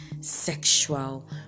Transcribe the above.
sexual